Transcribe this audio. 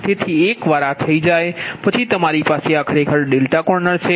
તેથી એકવાર આ થઈ જાય પછી તમારી પાસે આ ખરેખર ડેલ્ટા કોર્નર છે